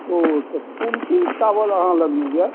ओ तऽ कोन कोन चावल अहाँ लग मे अइ